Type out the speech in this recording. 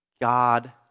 God